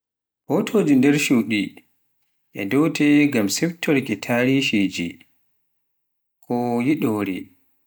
pootoji ngonɗi nder shuuɗe e ndote ngam siptorki tarihiiji ko yeeɗore.